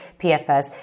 PFS